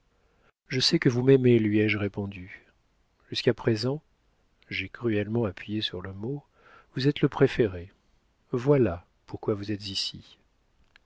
je sais que vous m'aimez lui ai-je répondu jusqu'à présent j'ai cruellement appuyé sur le mot vous êtes le préféré voilà pourquoi vous êtes ici